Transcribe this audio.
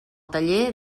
taller